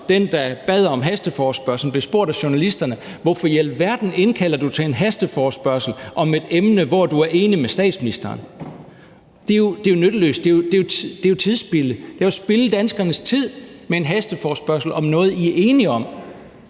den, der indkaldte til hasteforespørgslen, blev spurgt af journalisterne, hvorfor jeg i alverden indkaldte til en hasteforespørgsel om et emne, hvor jeg var enig med statsministeren. Det er jo nytteløst, det er jo tidsspilde; det er at spilde danskernes tid med en hasteforespørgsel om noget, I er enige om.